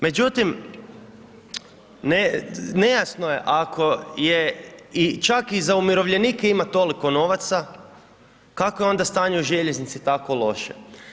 Međutim, nejasno je ako je i čak i za umirovljenike ima toliko novaca, kako je onda stanje u željeznici tako loše.